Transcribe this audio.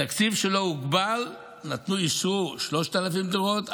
התקציב שלו הוגבל: נתנו אישור ל-3,000 דירות,